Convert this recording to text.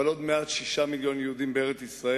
אבל עוד מעט, 6 מיליוני יהודים בארץ-ישראל.